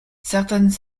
certaines